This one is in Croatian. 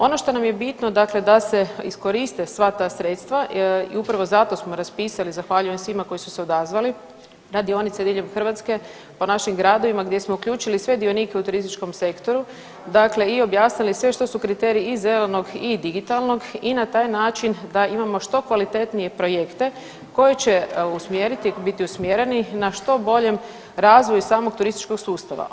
Ono što nam je bitno da se iskoriste sva ta sredstva i upravo zato smo raspisali i zahvaljujem svima koji su se odazvali na dionice diljem Hrvatske, po našim gradovima gdje smo uključili sve dionike u turističkom sektoru i objasnili sve što su kriteriji i zelenog i digitalnog i na taj način da imamo što kvalitetnije projekte koji će usmjeriti biti usmjereni na što boljem razvoju samog turističkog sustava.